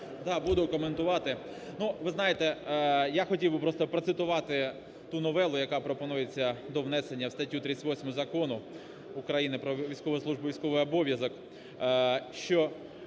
Да, буду коментувати. Ви знаєте, я хотів би просто процитувати ту новелу, яка пропонується до внесення в статтю 38 Закону України "Про військову службу і військовий обов'язок".